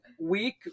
week